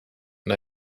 and